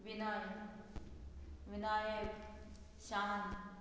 विनय विनायक शांत